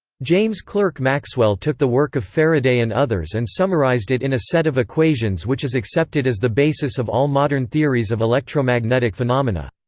james clerk maxwell took the work of faraday and others and summarized it in a set of equations which is accepted as the basis of all modern theories of electromagnetic phenomena.